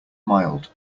mild